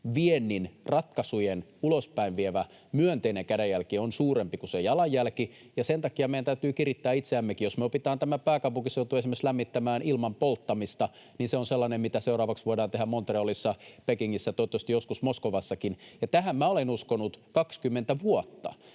viennin ratkaisujen ulospäin vievä myönteinen kädenjälki on suurempi kuin se jalanjälki. Ja sen takia meidän täytyy kirittää itseämmekin, että jos me opitaan esimerkiksi tämä pääkaupunkiseutu lämmittämään ilman polttamista, niin se on sellainen, mitä seuraavaksi voidaan tehdä Montrealissa, Pekingissä, toivottavasti joskus Moskovassakin. Ja tähän minä olen uskonut 20 vuotta